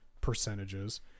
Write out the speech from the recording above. percentages